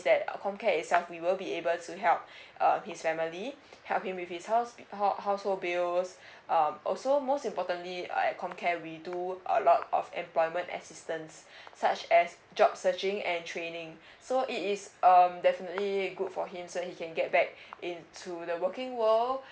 that com care itself we will be able to help uh his family help him with his house~ household bills um also most importantly like com care we do a lot of employment assistance such as job searching and training so it is um definitely good for him so he can get back into the working world